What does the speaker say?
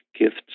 gifts